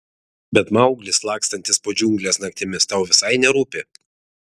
bet mauglis lakstantis po džiungles naktimis tau visai nerūpi